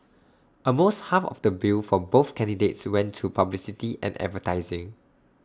almost half of the bill for both candidates went to publicity and advertising